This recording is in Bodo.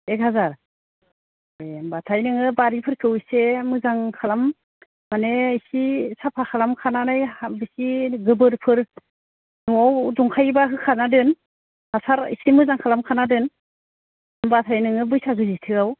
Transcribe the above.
एक हाजार एह होमबाथाय नोङो बारिफोरखौ इसे मोजां खालाम माने एसे साफा खालामखानानै हा एसे गोबोरफोर न'आव दंखायोबा होखाना दोन हासार एसे मोजां खालामखाना दोन होमबाथाय नोङो बैसाग जेठसोआव